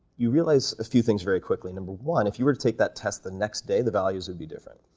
you realize a few things very quickly. no. one, if you were to take that test the next day, the values would be different,